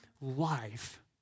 life